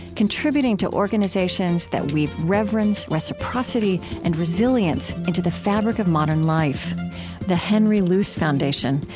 contributing to organizations that weave reverence, reciprocity, and resilience into the fabric of modern life the henry luce foundation,